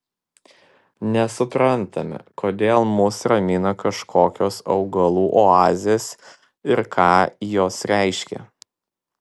nesuprantame kodėl mus ramina kažkokios augalų oazės ir ką jos reiškia